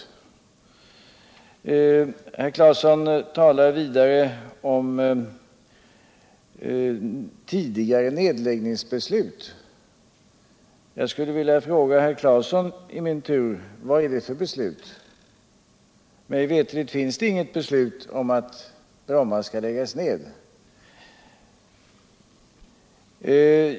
Herr Claeson talar vidare om tidigare nedläggningsbeslut. Jag skulle i min tur vilja fråga herr Claeson: Vad är det för beslut? Mig veterligt finns det inget beslut om att Bromma skall läggas ned.